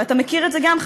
ואתה מכיר את זה גם,